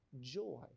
joy